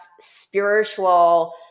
spiritual